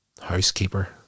housekeeper